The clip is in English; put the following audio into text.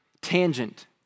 tangent